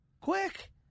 quick